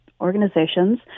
organizations